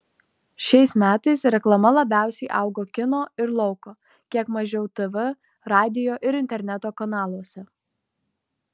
šiais metais reklama labiausiai augo kino ir lauko kiek mažiau tv radijo ir interneto kanaluose